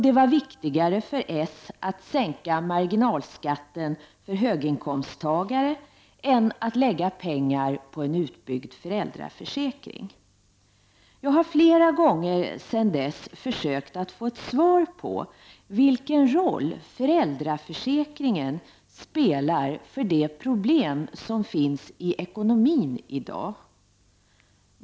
Det var viktigare för socialdemokraterna att sänka marginalskatten för höginkomsttagare än att lägga pengar på en utbyggnad av föräldraförsäkringen. Jag har flera gånger sedan dess försökt att få svar på vilken roll föräldraförsäkringen spelar i de problem som finns i ekonomin i dag.